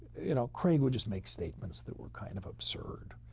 you know, craig would just make statements that were kind of absurd